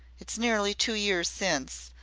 it's nearly two years since,